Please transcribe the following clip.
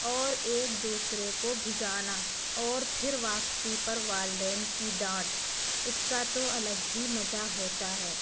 اور ایک دوسرے کو بھگانا اور پھر واپسی پر والدین کی ڈانٹ اس کا تو الگ ہی مزہ ہوتا ہے